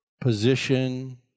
position